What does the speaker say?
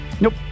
Nope